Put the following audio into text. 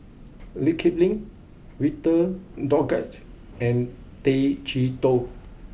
Lee Kip Lin Victor Doggett and Tay Chee Toh